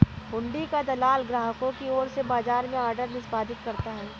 हुंडी का दलाल ग्राहकों की ओर से बाजार में ऑर्डर निष्पादित करता है